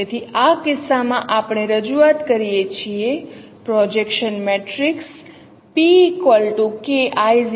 તેથી આ કિસ્સામાં આપણે રજૂઆત કરીએ છીએ પ્રોજેક્શન મેટ્રિક્સ PKI|0